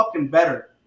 better